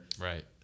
Right